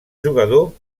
jugador